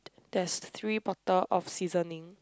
there's three bottle of seasoning